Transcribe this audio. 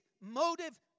motive